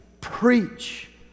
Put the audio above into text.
preach